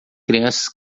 crianças